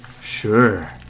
sure